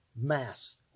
mass